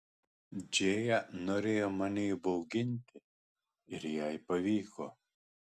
džėja norėjo mane įbauginti ir jai pavyko